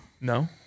No